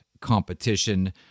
competition